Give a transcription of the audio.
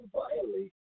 violate